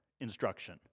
instruction